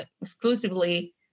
exclusively